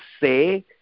say